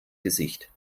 gesicht